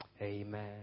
Amen